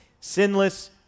Sinless